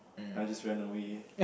then I just ran away